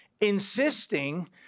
insisting